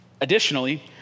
Additionally